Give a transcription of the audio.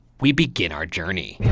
we begin our journey.